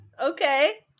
Okay